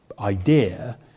idea